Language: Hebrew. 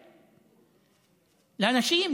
לאנשים,